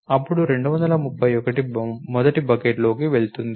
అప్పుడు 231 మొదటి బకెట్లోకి వెళ్తుంది